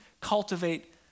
cultivate